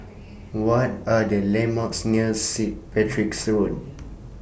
What Are The landmarks near Sit Patrick's Road